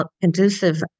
conducive